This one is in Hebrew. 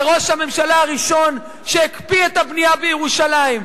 זה ראש הממשלה הראשון שהקפיא את הבנייה בירושלים,